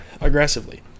aggressively